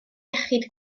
iechyd